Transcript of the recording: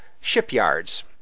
shipyards